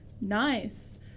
Nice